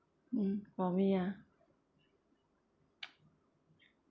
mm for me ah